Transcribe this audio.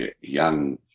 young